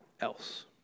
else